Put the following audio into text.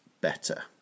better